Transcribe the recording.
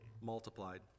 multiplied